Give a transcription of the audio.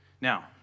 Now